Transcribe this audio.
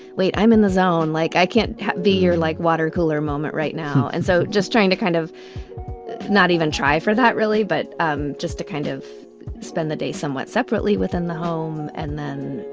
wait, i'm in the zone. like, i can't be here, like watercooler moment right now. and so just trying to kind of not even try for that, really, but um just to kind of spend the day somewhat separately within the home. and then,